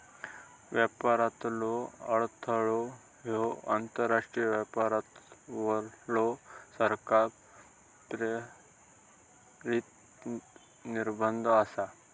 व्यापारातलो अडथळो ह्यो आंतरराष्ट्रीय व्यापारावरलो सरकार प्रेरित निर्बंध आसा